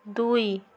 ଦୁଇ